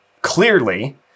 clearly